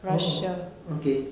orh okay